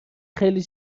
خیلی